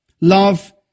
Love